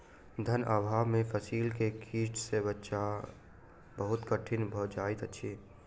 धन अभाव में फसील के कीट सॅ बचाव बहुत कठिन भअ जाइत अछि